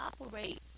operate